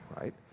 right